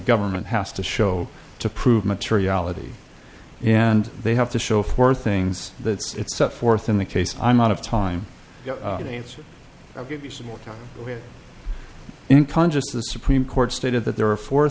government has to show to prove materiality and they have to show for things that it's set forth in the case i'm out of time i'll give you some more time here in congress the supreme court stated that there are fo